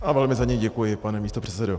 A velmi za něj děkuji, pane místopředsedo.